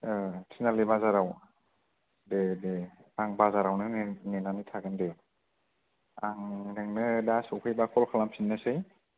औ तिनालि बाजाराव दे दे आं बाजारावनो नेनानै थागोन दे आं नोंनो दा सफैबा कल खालाम फिननोसै